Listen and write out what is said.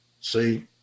See